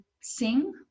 sing